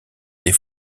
des